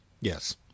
Yes